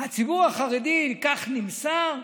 הציבור החרדי, כך נמסר,